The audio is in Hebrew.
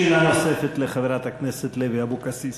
שאלה נוספת לחברת הכנסת לוי אבקסיס.